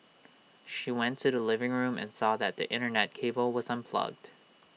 she went to the living room and saw that the Internet cable was unplugged